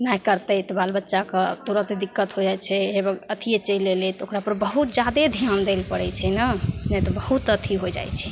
नहि करतै तऽ बाल बच्चाके तुरन्त दिक्कत हो जाइ छै हेबे अथिए चलि अएलै तऽ बहुत जादे धिआन दै ले पड़ै छै ने नहि तऽ बहुत अथी हो जाइ छै